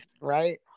right